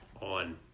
on